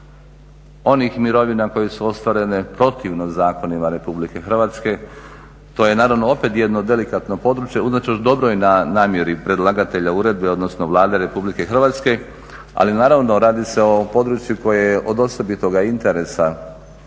onih mirovina koje su ostvarene protivno zakonima Republike Hrvatske. To je naravno opet jedno delikatno područje, unatoč dobroj namjeri predlagatelja uredbe, odnosno Vlade Republike Hrvatske. Ali naravno radi se o području koje je od osobitog interesa